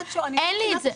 אין את זה.